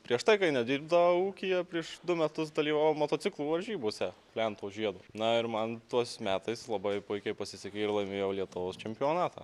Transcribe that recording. prieš tai kai nedirbdavau ūkyje prieš du metus dalyvavau motociklų varžybose plento žiedo na ir man tuos metais labai puikiai pasisekė ir laimėjau lietuvos čempionatą